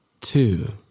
two